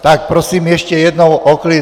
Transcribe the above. Tak prosím ještě jednou o klid!